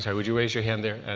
so would you raise your hand there.